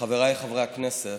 חבריי חברי הכנסת,